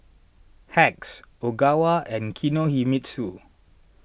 Hacks Ogawa and Kinohimitsu